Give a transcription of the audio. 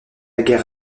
guerre